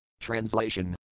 Translation